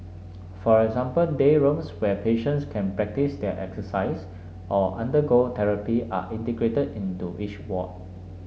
for example day rooms where patients can practise their exercise or undergo therapy are integrated into each ward